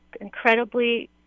incredibly